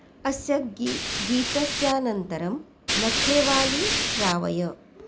अस्य गी गीतस्यानन्तरं नख्रेवाली श्रावय